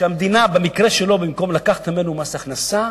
שהמדינה במקרה שלו, במקום לקחת ממנו מס הכנסה,